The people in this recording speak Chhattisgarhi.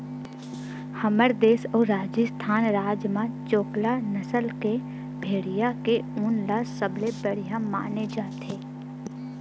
हमर देस अउ राजिस्थान राज म चोकला नसल के भेड़िया के ऊन ल सबले बड़िया माने जाथे